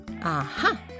Aha